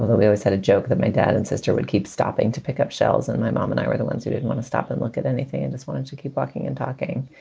ah we always had a joke that my dad and sister would keep stopping to pick up shells and my mom and i were the ones who didn't want to stop and look at anything and just wanted to keep walking and talking